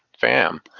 fam